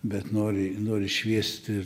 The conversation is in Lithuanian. bet nori nori šviest ir